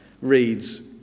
reads